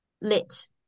lit